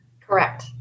Correct